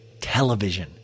television